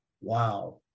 Wow